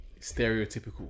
stereotypical